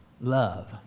love